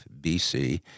BC